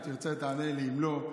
אם תרצה תענה לי ואם לא,